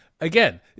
Again